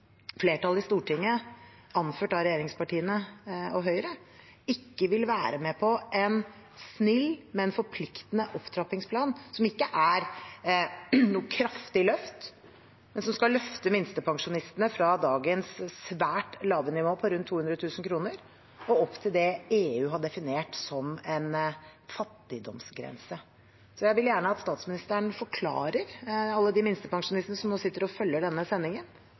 flertallet i Stortinget, anført av regjeringspartiene og Høyre, ikke vil være med på en snill, men forpliktende opptrappingsplan. Det er ikke noe kraftig løft, men skal løfte minstepensjonistene fra dagens svært lave nivå, på rundt 200 000 kr, og opp til det EU har definert som en fattigdomsgrense. Jeg vil gjerne at statsministeren forklarer alle de minstepensjonistene som nå sitter og følger denne